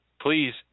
Please